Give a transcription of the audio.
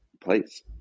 place